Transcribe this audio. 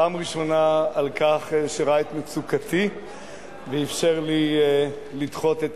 פעם ראשונה על כך שראה את מצוקתי ואפשר לי לדחות את